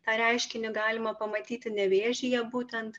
tą reiškinį galima pamatyti nevėžyje būtent